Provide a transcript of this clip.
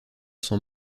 son